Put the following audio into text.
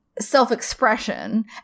self-expression